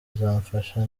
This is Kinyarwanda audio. zizamfasha